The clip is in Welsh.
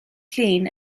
llun